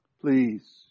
Please